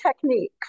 technique